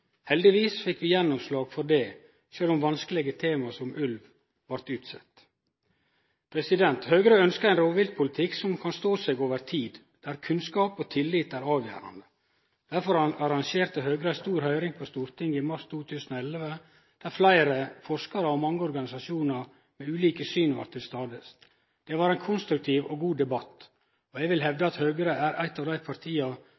Heldigvis fekk vi gjennomslag for det, sjølv om vanskelege tema, som ulv, blei utsette. Høgre ønskjer ein rovviltpolitikk som kan stå seg over tid, der kunnskap og tillit er avgjerande. Derfor arrangerte Høgre ei stor høyring på Stortinget i mars 2011, der fleire forskarar og mange organisasjonar med ulike syn var til stades. Det var ein konstruktiv og god debatt, og eg vil hevde at Høgre er eitt av dei partia